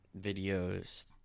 videos